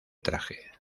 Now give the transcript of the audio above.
traje